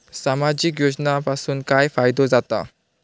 सामाजिक योजनांपासून काय फायदो जाता?